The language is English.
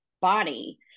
body